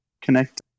connect